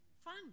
Fun